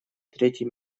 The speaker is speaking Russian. третий